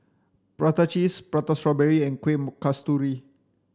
prata cheese prata strawberry and Kuih Kasturi